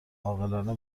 عاقلانه